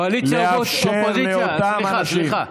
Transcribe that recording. לאפשר לאותם אנשים קואליציה,